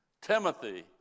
Timothy